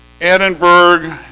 Edinburgh